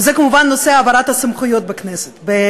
וזה כמובן נושא העברת הסמכויות בממשלה.